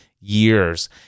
years